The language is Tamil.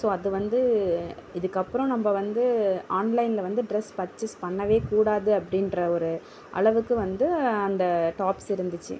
ஸோ அது வந்து இதற்கப்பறம் நம்ப வந்து ஆன்லைனில் வந்து ட்ரெஸ் பர்ச்சேஸ் பண்ணவேக் கூடாது அப்படின்ற ஒரு அளவுக்கு வந்து அந்த டாப்ஸ் இருந்துச்சு